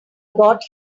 got